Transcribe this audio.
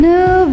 New